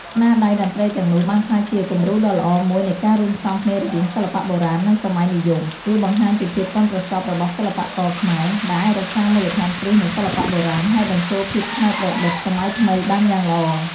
ស្នាដៃតន្ត្រីទាំងនោះបានក្លាយជា គំរូដ៏ល្អមួយនៃការរួមផ្សំគ្នារវាងសិល្បៈបុរាណ និងសម័យនិយម វាបង្ហាញពីភាពប៉ិនប្រសប់របស់សិល្បករខ្មែរ ដែលអាចរក្សាមូលដ្ឋានគ្រឹះនៃសិល្បៈបុរាណ ហើយបញ្ចូលភាពច្នៃប្រឌិតសម័យថ្មីបានយ៉ាងល្អ។